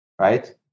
right